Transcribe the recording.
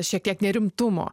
šiek tiek nerimtumo